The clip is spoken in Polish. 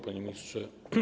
Panie Ministrze!